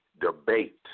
debate